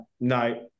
no